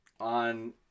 on